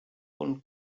und